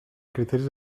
criteris